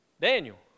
Daniel